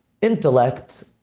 intellect